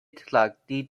trakti